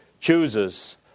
chooses